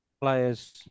players